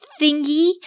thingy